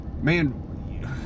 man